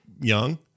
young